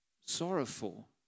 sorrowful